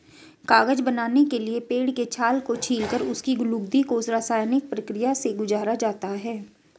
कागज बनाने के लिए पेड़ के छाल को छीलकर उसकी लुगदी को रसायनिक प्रक्रिया से गुजारा जाता है